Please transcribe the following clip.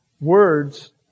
words